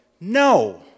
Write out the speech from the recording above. No